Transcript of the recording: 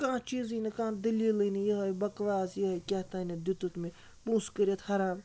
کانٛہہ چیٖزٕے نہٕ کانٛہہ دٔلیٖلٕے نہٕ یِہَے بَکواس یِہَے کیٛاہتام دیُتُتھ مےٚ پۅنٛسہِ کٔرِتھ حَرام